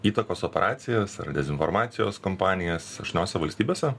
įtakos operacijas ar dezinformacijos kampanijas aštniose valstybėse